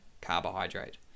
carbohydrate